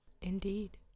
Indeed